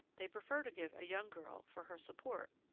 they prefer to give a young girl, for her support,